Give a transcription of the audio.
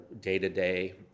day-to-day